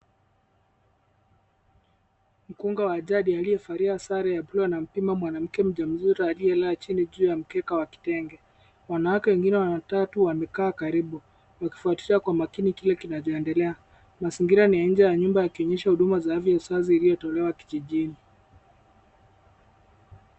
Mkunga wa jadi aliyevalia sare ya buluu anampima mwanamke mjamzito aliyelala chini juu ya mkeka wa kitenge. Wanawake wengine watatu wamekaa karibu wakifuatilia kwa makini kila kitu kinachoendelea. Mazingira ni ya nje ya nyumba yakionyesha huduma za afya ya uzazi zinazotolewa kijijini.